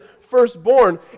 firstborn